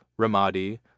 Ramadi